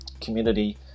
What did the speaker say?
community